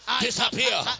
Disappear